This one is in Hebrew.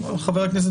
(תיקון מס' 4 והוראת שעה)